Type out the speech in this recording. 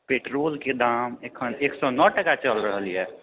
पेट्रोलके दाम एखन एक सए नओ टका चलि रहल यऽ